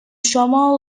شما